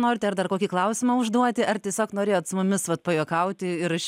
norite ar dar kokį klausimą užduoti ar tiesiog norėjot su mumis vat pajuokauti ir iš